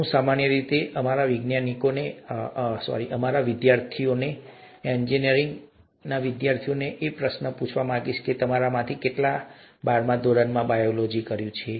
હું સામાન્ય રીતે અમારા વિદ્યાર્થીઓને અમારા એન્જિનિયરિંગના વિદ્યાર્થીઓને આ પ્રશ્ન પૂછું છું તમારામાંથી કેટલાએ બારમા ધોરણમાં બાયોલોજી કર્યું છે